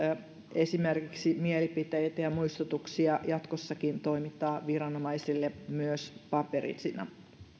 esimerkiksi mielipiteitä ja muistutuksia jatkossakin toimittaa viranomaisille myös paperisina